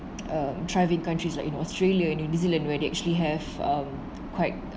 err thriving countries like in australia and new zealand where they actually have um quite